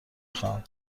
خواهم